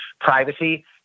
privacy